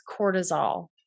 cortisol